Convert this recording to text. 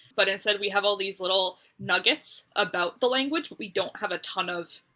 but instead we have all these little nuggets about the language we don't have a ton of,